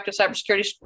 Cybersecurity